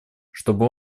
чтобы